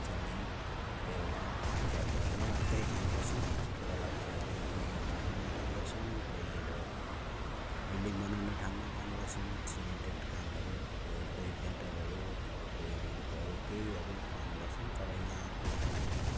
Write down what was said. चेन्नई केरलातिर गएर उतै काम गर्छन् केरलातिर त्यही कोही होटेलमा काम गर्छन् कोही अब बिल्डिङ बनाउने ठाउँमा काम गर्छन् सिमेन्टेड कामहरू कोही कोही पेन्टरहरू कोही अरू केही अरू काम गर्छन् तर यहाँको